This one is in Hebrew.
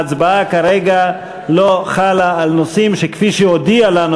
ההצבעה כרגע לא חלה על נושאים שכפי שהודיע לנו,